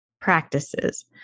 practices